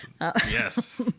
yes